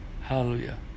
hallelujah